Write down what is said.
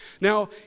Now